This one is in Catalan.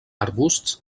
arbusts